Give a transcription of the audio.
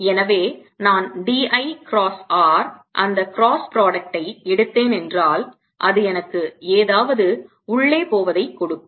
எனவே நான் d I cross r அந்த கிராஸ் ப்ராடக்டை எடுத்தேன் என்றால் அது எனக்கு ஏதாவது உள்ளே போவதை கொடுக்கும்